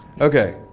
Okay